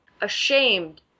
ashamed